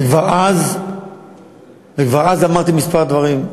וכבר אז אמרתי כמה דברים.